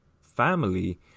family